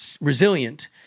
resilient